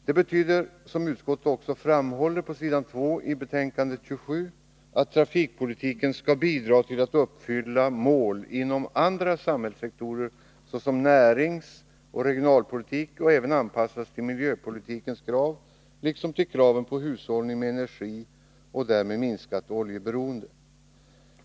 Det betyder, som utskottet också framhåller på s. 2 i betänkande 27, att trafikpolitiken skall bidra till att uppfylla mål inom andra samhällssektorer såsom näringsoch regionalpolitiken. Den skall även anpassas till miljöpolitikens krav liksom till kraven på hushållning med energi och därmed minskat oljeberoende.